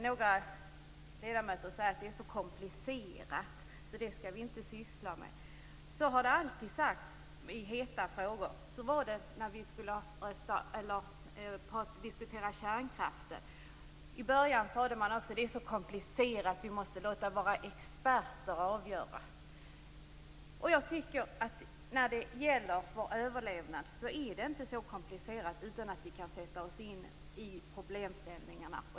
Några ledamöter säger att detta är så komplicerat att vi inte skall syssla med det. Så har det alltid sagts i heta frågor. Så var det när vi skulle diskutera kärnkraften. I början hörde man också då att detta är så komplicerat att vi måste låta våra experter avgöra. Jag tycker att det när det gäller vår överlevnad inte är så komplicerat att vi inte kan sätta oss in i problemställningarna.